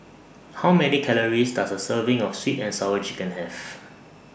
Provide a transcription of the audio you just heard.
How Many Calories Does A Serving of Sweet and Sour Chicken Have